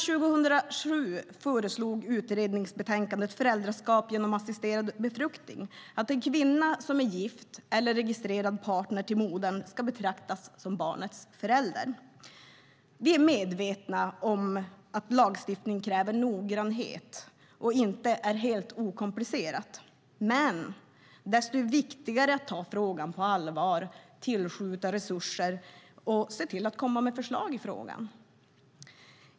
Redan 2007 föreslog utredningsbetänkandet Föräldraskap genom assisterad befruktning att en kvinna som är gift med eller registrerad partner till modern ska betraktas som barnets förälder. Vi är medvetna om att lagstiftning kräver noggrannhet och inte är helt okomplicerat, men desto viktigare är det att ta frågan på allvar, tillskjuta resurser och se till att komma med förslag i frågan.